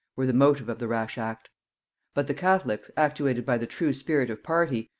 were the motive of the rash act but the catholics, actuated by the true spirit of party,